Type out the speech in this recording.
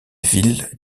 ville